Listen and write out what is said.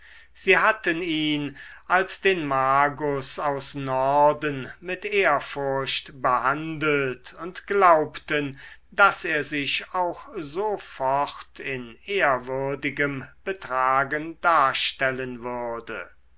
sie hatten ihn als den magus aus norden mit ehrfurcht behandelt und glaubten daß er sich auch so fort in ehrwürdigem betragen darstellen würde